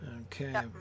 Okay